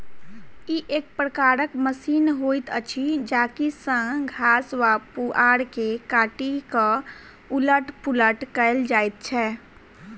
ई एक प्रकारक मशीन होइत अछि जाहि सॅ घास वा पुआर के काटि क उलट पुलट कयल जाइत छै